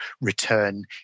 return